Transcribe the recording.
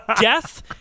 death